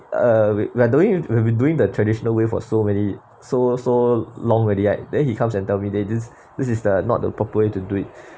uh we we're doing we have been doing the traditional way for so many so so long already right then he comes and tell me they this this is the not the appropriate way to do it